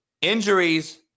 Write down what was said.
Injuries